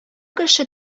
кеше